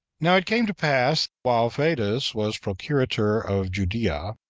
now it came to pass, while fadus was procurator of judea,